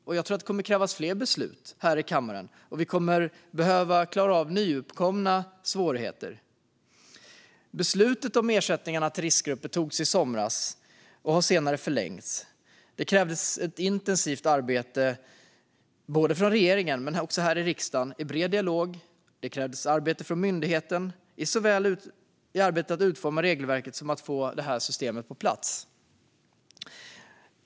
Jag tror att det kommer att krävas fler beslut här i kammaren, och vi kommer att behöva klara av nyuppkomna svårigheter. Beslutet om ersättning till riskgrupp togs i somras och har senare förlängts. Det krävdes ett intensivt arbete både från regeringen och i riksdagen i bred dialog. Det krävdes arbete från myndigheten, såväl med att utforma regelverket som att få systemet på plats.